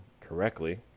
correctly